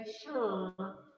sure